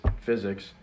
physics